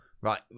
right